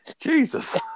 Jesus